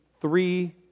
three